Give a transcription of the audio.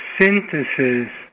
synthesis